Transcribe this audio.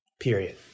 period